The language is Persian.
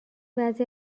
بعضی